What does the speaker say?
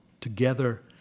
together